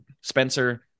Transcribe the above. Spencer